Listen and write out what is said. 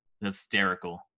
hysterical